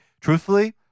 truthfully